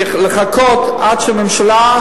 צריך לחכות עד שהממשלה,